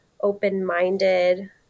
open-minded